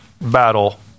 battle